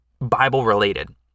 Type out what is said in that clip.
Bible-related